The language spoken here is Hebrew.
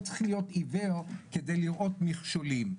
לא צריך להיות עיוור כדי לראות מכשולים,